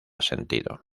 sentido